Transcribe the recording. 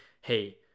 hey